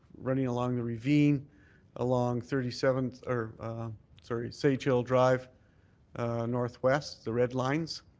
running along the ravine along thirty seventh or sorry, sage hill drive northwest, the red lines.